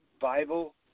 Bible